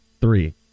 three